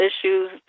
issues